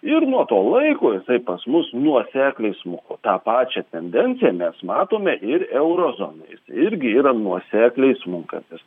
ir nuo to laiko jisai pas mus nuosekliai smuko tą pačią tendenciją mes matome ir euro zonoj jis irgi yra nuosekliai smunkantis